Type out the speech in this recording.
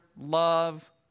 love